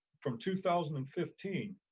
from two thousand and fifteen,